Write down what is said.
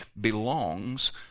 belongs